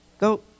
go